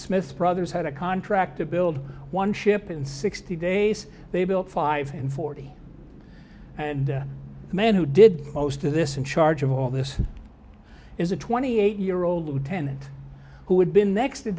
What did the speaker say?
smith brothers had a contract to build one ship in sixty days they built five and forty and the man who did most of this in charge of all this is a twenty eight year old lieutenant who had been next